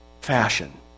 fashion